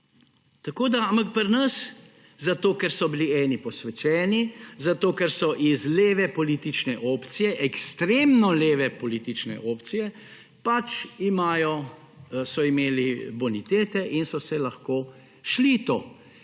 spucali. Ampak pri nas zato, ker so bili eni posvečeni, zato ker so iz leve politične opcije, ekstremno leve politične opcije, pač so imeli bonitete in so se lahko šli to.